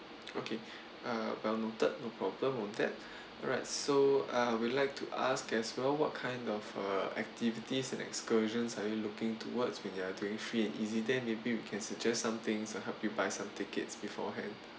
okay uh well noted no problem note that alright so I would like to ask what kind of uh activities and excursions are you looking towards when you're doing free and easy there maybe we can suggest somethings uh help you buy some tickets beforehand